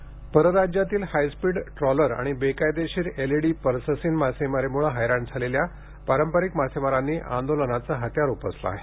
मासेमारी परराज्यातील high speed trawler आणि बेकायदेशीर एलईडी पर्ससीन मासेमारीमुळे हैराण असलेल्या पारंपरिक मासेमारांनी आंदोलनाचे हत्यार उपसले आहे